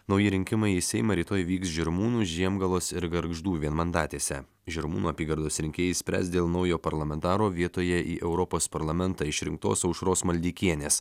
nauji rinkimai į seimą rytoj vyks žirmūnų žiemgalos ir gargždų vienmandatėse žirmūnų apygardos rinkėjai spręs dėl naujo parlamentaro vietoje į europos parlamentą išrinktos aušros maldeikienės